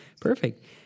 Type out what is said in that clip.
perfect